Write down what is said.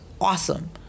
awesome